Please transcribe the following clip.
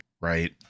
right